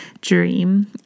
dream